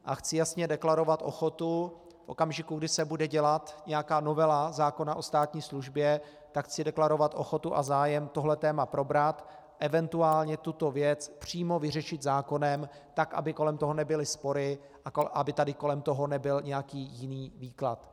A chci jasně deklarovat ochotu v okamžiku, kdy se bude dělat nějaká novela zákona o státní službě, tak chci deklarovat ochotu a zájem tohle téma probrat, eventuálně tuto věc přímo vyřešit zákonem tak, aby kolem toho nebyly spory a aby tady kolem toho nebyl nějaký jiný výklad.